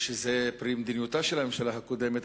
שזה פרי מדיניותה של הממשלה הקודמת,